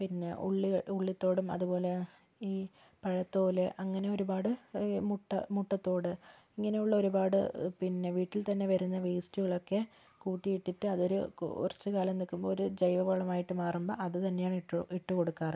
പിന്നെ ഉള്ളി തോടും അതുപോലെ ഈ പഴ തോല് അങ്ങനെ ഒരുപാട് മുട്ട മുട്ട തോട് ഇങ്ങനെയുള്ള ഒരുപാട് പിന്നെ വീട്ടിൽ തന്നെ വരുന്ന വേസ്റ്റ്കളൊക്കെ കൂട്ടിയിട്ടിയിട്ട് അതൊരു കുറച്ചു കാലം നിൽക്കുമ്പോൾ അതൊരു ജൈവ വളമായിട്ട് മാറുമ്പോൾ അത് തന്നെ ആണ് ഇട്ടുകൊടുക്കാറ്